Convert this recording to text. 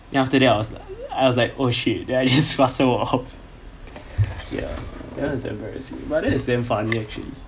then after that I was I was like oh shit then I just faster walk off ya that was embarrassing but that is damn funny actually